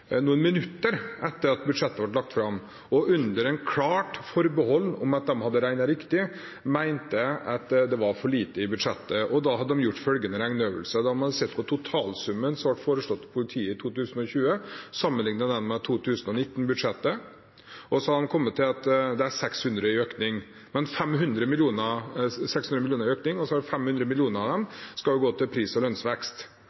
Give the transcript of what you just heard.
noen minutter etter at budsjettet ble lagt fram, med et klart forbehold om at de hadde regnet riktig, mente at det var for lite i budsjettet. Da hadde de gjort følgende regneøvelse: De hadde sett på totalsummen som var foreslått for politiet for 2020, sammenlignet det med 2019-budsjettet og kommet til at det er 600 mill. kr i økning, og at 500